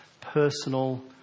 personal